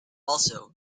also